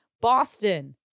Boston